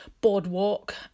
boardwalk